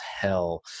hell